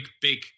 big